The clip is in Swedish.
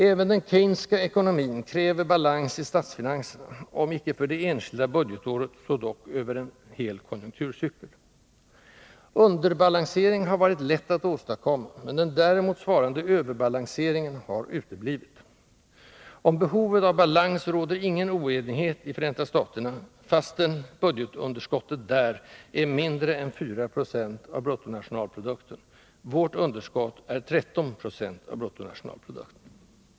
Även den Keynesianska ekonomin kräver balans i statsfinanserna, om icke för det enskilda budgetåret så dock över en hel konjunkturcykel. Underbalansering har varit lätt att åstadkomma, men den däremot svarande överbalanseringen har uteblivit. Om behovet av balans råder ingen oenighet i Förenta staterna, fastän budgetunderskottet där är mindre än 4 96 av bruttonationalprodukten. Vårt underskott är 13 26 av bruttonationalprodukten.